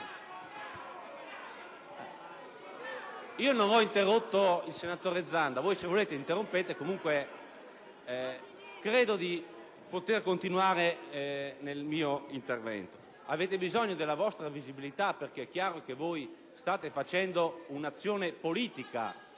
Io non ho interrotto il senatore Zanda; voi, se volete, interrompetemi pure, ma credo di dover continuare il mio intervento. Avete bisogno della vostra visibilità, perché è chiaro che state portando avanti un'azione politica